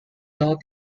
law